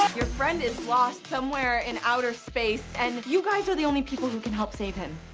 your friend is lost somewhere and outer space and you guys are the only people who can help save him